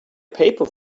paper